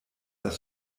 das